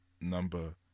number